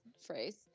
phrase